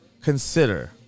consider